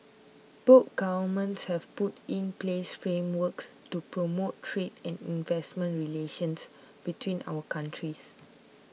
both governments have put in place frameworks to promote trade and investment relations between our countries